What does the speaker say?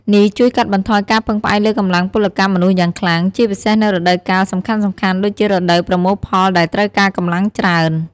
នេះជួយកាត់បន្ថយការពឹងផ្អែកលើកម្លាំងពលកម្មមនុស្សយ៉ាងខ្លាំង ជាពិសេសនៅរដូវកាលសំខាន់ៗដូចជារដូវប្រមូលផលដែលត្រូវការកម្លាំងច្រើន។